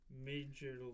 major